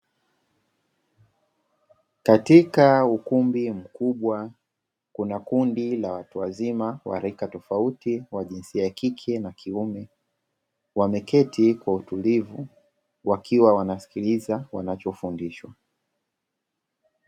Katika ukumbi mkubwa kuna kundi la watu wazima wa rika tofauti wa jinsia ya kike na kiume, wameketi kwa utulivu wakiwa wanasikiliza wanachofundishwa.